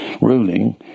ruling